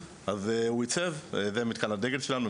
והוא עיצב, וזהו מתקן הדגל שלנו.